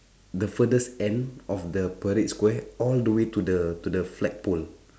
the furthest end of the parade square all the way to the to the flagpole